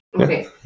Okay